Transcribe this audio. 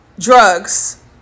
drugs